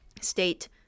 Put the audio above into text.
state